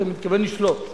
אתה מתכוון לשלוט ולהישאר.